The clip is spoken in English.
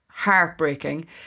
heartbreaking